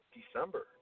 December